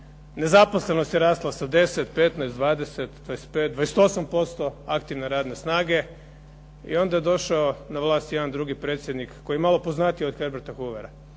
nezaposlenost je rasla sa 10, 15, 20, 25, 28% aktivne radne snage i onda je došao na vlast jedan drugi predsjednik koji je malo poznatiji od HErberta Hoovera.